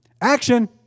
action